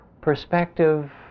perspective